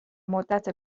مدت